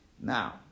Now